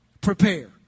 Prepare